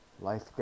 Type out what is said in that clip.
life